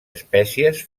espècies